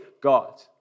God